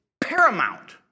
paramount